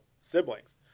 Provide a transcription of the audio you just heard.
siblings